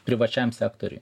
privačiam sektoriui